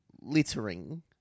littering